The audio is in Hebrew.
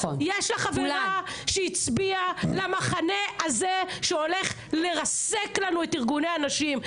יש לה חברה שהצביעה למחנה הזה שהולך לרסק לנו את ארגוני הנשים,